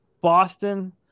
Boston